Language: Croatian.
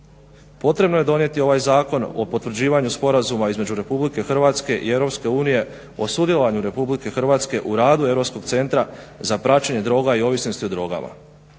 potrebno je dodati ovaj zakon o potvrđivanju sporazuma između RH i EU o sudjelovanju RH u radu Europskog centra za praćenje droga i ovisnosti o drogama.